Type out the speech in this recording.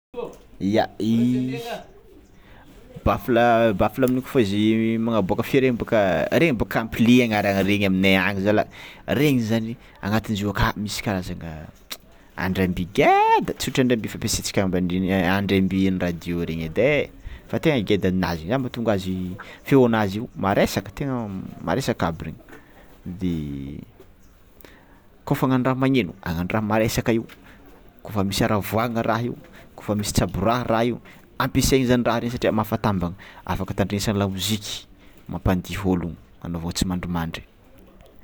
Ia i bafla bafla amin'y io kôfa izy magnaboaka feo regny regny bôka ampli agnarangny regny aminay agny zalah regny zany agnatinzio aka misy karazagna andremby ngeda tsy ôhatra regny be fampiasantsika amban'ny regny andrembian'ny radio regny edy e fa tegna ngeda ninazy mahatonga feonazy io maresaka tegna maresaka aby regny, de kôfa hagnagno raha magneno hagnano raha maresaka io, kôfa misy haravoàgna raha io, kôfa misy tsaboraha raha io ampiasainy zany raha regny satria mafatambana, afaka hitandresagna lamozika mampandihy ologno anaovana tsimandrimandry.